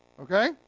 okay